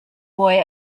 boy